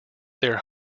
their